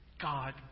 God